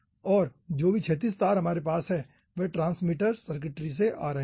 और जो भी क्षैतिज तार हमारे पास हैं वे ट्रांसमीटर सर्किटरी से आ रहे हैं